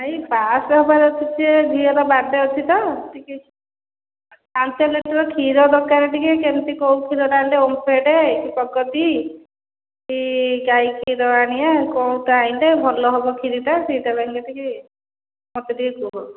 ଭାଇ ଅଛି ଟିକେ ଝିଅର ବାର୍ଥ ଡ଼େ ଅଛି ତ ପାଞ୍ଚ ଲିଟର କ୍ଷୀର ଦରକାର ଟିକେ କେମିତି କଣ କେଉଁ କ୍ଷୀର ଓମଫେଡ ନା ପ୍ରଗତି କି ଗାଈ କ୍ଷୀର ଆଣିବା କେଉଁଟା ଆଣିଲେ ଭଲ ହେବ ଖିରି ଟା ସେଇଟା ପାଇଁକା ଟିକେ ମୋତେ ଟିକେ କୁହନ୍ତୁ